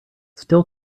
still